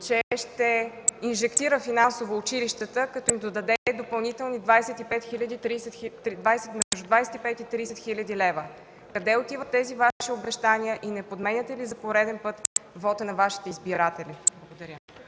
че ще инжектира финансово училищата, като им даде допълнително между 25 и 30 хил. лв. Къде отиват тези Ваши обещания и не подменяте ли за пореден път вота на Вашите избиратели? (Оживление